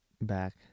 back